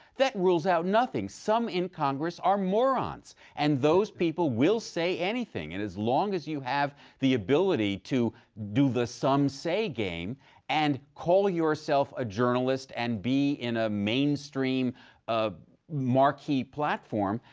that rules out nothing. some in congress are morons. and those people will say anything. and as long as you can have the ability to do the some say game and call yourself a journalist and be in a mainstream ah marquee platform,